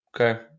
okay